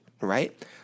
right